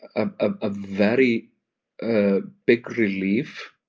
and a very big relief.